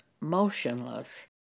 motionless